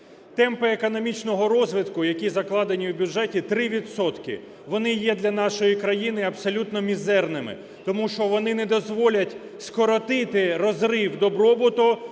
Темпи економічного росту, які закладені у бюджеті, 3 відсотки. Вони є для нашої країни абсолютно мізерними, тому що вони не дозволять скоротити розрив добробуту